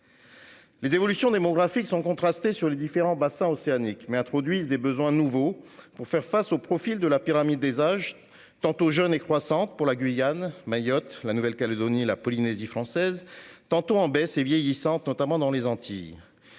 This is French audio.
Les évolutions démographiques sont contrastées entre les différents bassins océaniques ; elles font naître des besoins nouveaux qui diffèrent selon le profil de la pyramide des âges, tantôt jeune et croissante- en Guyane, à Mayotte, en Nouvelle-Calédonie, en Polynésie française -, tantôt en baisse et vieillissante, notamment dans les Antilles.